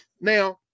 Now